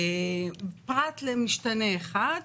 פרט למשתנה אחד,